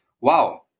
wow